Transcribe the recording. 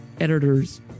editors